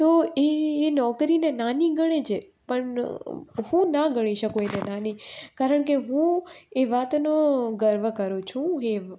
તો એ એ નોકરીને નાની ગણે છે પણ હું ના ગણી શકું એને નાની કારણ કે હું એ વાતનો ગર્વ કરું છું